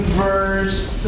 verse